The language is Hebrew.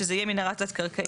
שזו תהיה מנהרה תת קרקעית,